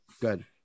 Good